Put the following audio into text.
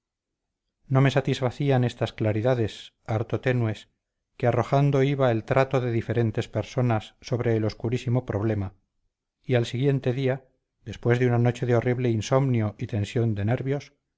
no me satisfacían estas claridades harto tenues que arrojando iba el trato de diferentes personas sobre el obscurísimo problema y al siguiente día después de una noche de horrible insomnio y tensión de nervios